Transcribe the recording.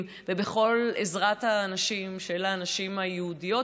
ובכל עזרת הנשים של הנשים היהודיות,